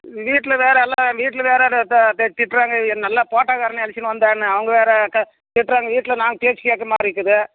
வீட்டில் வேறு எல்லாம் வீட்டில் வேறு திட்டுறாங்க நல்ல போட்டாக்காரனை அழைச்சினு வந்தேன்னு அவங்க வேறு க திட்டுறாங்க வீட்டில் நான் பேச்சு கேக்கிற மாதிரி இருக்குது